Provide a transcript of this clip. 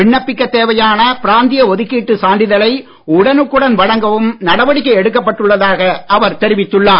விண்ணப்பிக்கத் தேவையான பிராந்திய ஒதுக்கீட்டு சான்றிதழை உடனுக்குடன் வழங்கவும் நடவடிக்கை எடுக்கப்பட்டுள்ளதாக அவர் தெரிவித்துள்ளார்